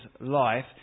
life